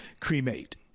cremate